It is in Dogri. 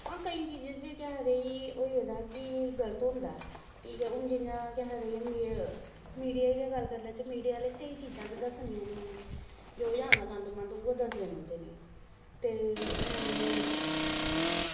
हां केईं चीजें च केह् आखदे होइदा कि गलत होंदा ऐ ठीक ऐ हून जि'यां केह् आखदे मीडिया दी गै गल्ल करी लैचे मीडिया आह्ले स्हेई चीजां ते दसनियां निं इ'नेंं जो जहान दा गंद मंद उ'ऐ दसदे रौहंदे न एह् ते हून